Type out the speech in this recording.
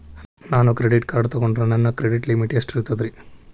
ನಾನು credit card ತೊಗೊಂಡ್ರ ನನ್ನ ಕ್ರೆಡಿಟ್ ಲಿಮಿಟ್ ಎಷ್ಟ ಇರ್ತದ್ರಿ?